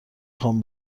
خوام